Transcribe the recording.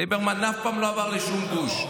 ליברמן אף פעם לא עבר לשום גוש,